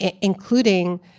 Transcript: including